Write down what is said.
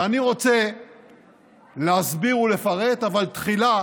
ואני רוצה להסביר ולפרט, אבל תחילה